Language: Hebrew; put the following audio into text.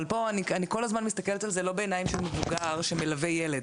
אבל פה אני כל הזמן לא מסתכלת על זה בעיניים של מבוגר שמלווה ילד,